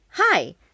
Hi